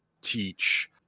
teach